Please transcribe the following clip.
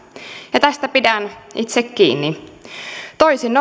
ja tästä pidän itse kiinni toisin